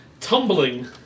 tumbling